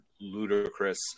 ludicrous